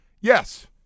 Yes